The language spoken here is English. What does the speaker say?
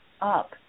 up